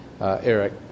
Eric